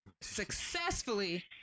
successfully